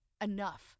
enough